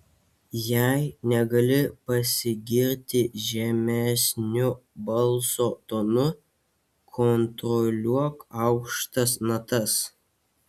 jei negali pasigirti žemesniu balso tonu kontroliuok aukštas natas